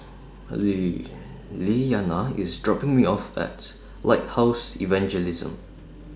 Lee Lilyana IS dropping Me off At Lighthouse Evangelism